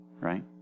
right